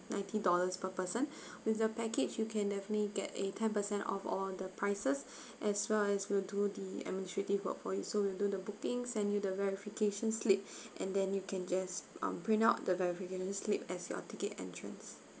ninety dollars per person with the package you can definitely get a ten percent off all the prices as well as we'll do the administrative work for you so we'll do the bookings send you the verification slip and then you can just um print out the verification slip as your ticket entrance